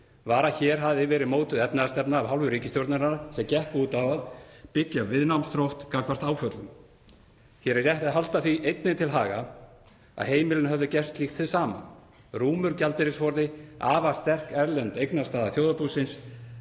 var að hér hafði verið mótuð efnahagsstefna af hálfu ríkisstjórnarinnar sem gekk út á að byggja viðnámsþrótt gagnvart áföllum. Hér er rétt að halda því einnig til haga að heimilin höfðu gert slíkt hið sama. Rúmur gjaldeyrisforði, afar sterk erlend eignastaða þjóðarbúsins,